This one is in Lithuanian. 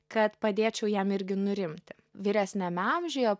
kad padėčiau jam irgi nurimti vyresniame amžiuje